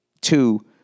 two